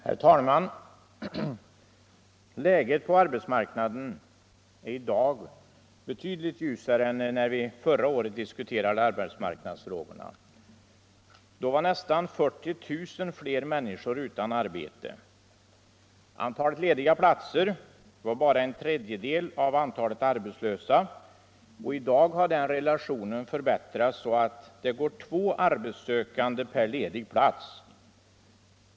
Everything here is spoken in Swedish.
Herr talman! Läget på arbetsmarknaden är i dag betydligt ljusare än när vi förra året diskuterade arbetsmarknadsfrågorna. Då var nästan 40 000 fler människor utan arbete. Antalet lediga platser var bara en tredjedel av antalet arbetslösa. I dag har den relationen förbättrats, så att det går två arbetssökande per ledig plats.